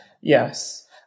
Yes